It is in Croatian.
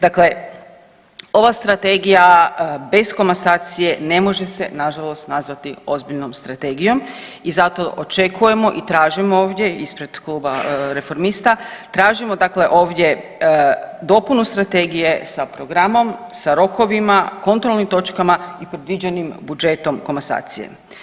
Dakle, ova strategija bez komasacije ne može se nažalost nazvati ozbiljnom strategijom i zato očekujemo i tražimo ovdje ispred Kluba Reformista, tražimo dakle ovdje dopunu strategije sa programom, sa rokovima, kontrolnim točkama i predviđenim budžetom komasacije.